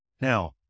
now